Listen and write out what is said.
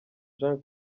jean